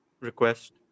request